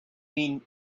mean